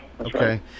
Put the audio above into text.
Okay